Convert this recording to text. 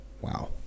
Wow